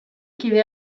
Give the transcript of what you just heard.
kide